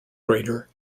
grader